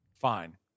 Fine